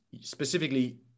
specifically